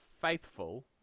faithful